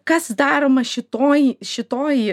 kad kas daroma šitoj šitoj